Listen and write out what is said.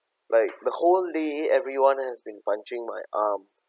like the whole day everyone has been punching my arm